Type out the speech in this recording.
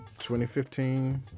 2015